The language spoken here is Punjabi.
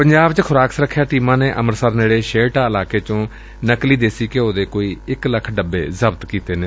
ਪੰਜਾਬ ਚ ਖੁਰਾਕ ਸੁਰੱਖਿਆ ਟੀਮਾਂ ਨੇ ਅੰਮ੍ਤਿਸਰ ਨੇੜੇ ਛੇਹਰਟਾ ਇਲਾਕੇ ਚੋਂ ਨਕਲੀ ਦੇਸੀ ਘਿਉ ਦੇ ਕੋਈ ਇਕ ਲੱਖ ਡੱਬੇ ਜ਼ਬਤ ਕੀਤੇ ਨੇ